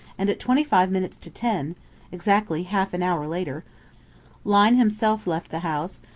and at twenty-five minutes to ten exactly half an hour later lyne himself left the house,